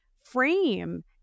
frame